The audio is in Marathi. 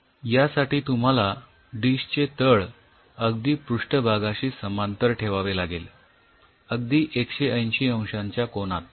यासाठी तुम्हाला डिशचे तळ अगदी पृष्ठभागाशी समांतर ठेवावे लागेल अगदी १८० अंशाच्या कोनात